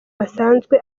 basanzwe